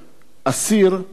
אף-על-פי שחטא,